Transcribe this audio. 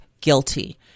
guilty